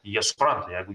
jie supranta jeigu